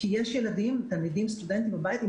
כי יש תלמידים סטודנטים בבית,